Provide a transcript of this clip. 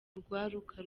urwaruka